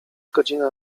godzina